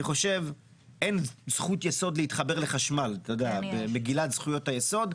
אני נחקרתי במשטרה ביח"א כשסיימתי להיות מנכ"ל משרד השיכון,